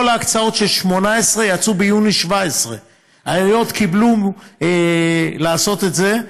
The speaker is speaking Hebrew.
כל ההקצאות של 2018 יצאו ביוני 2017. העיריות קיבלו לעשות את זה.